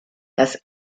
das